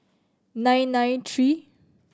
nine nine tree